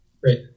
Great